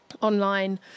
online